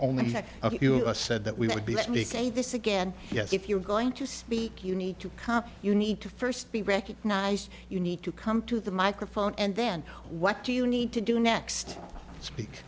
only a few of us said that we would be let me say this again yes if you're going to speak you need to come you need to first be recognized you need to come to the microphone and then what do you need to do next speak